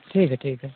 ठीक है ठीक है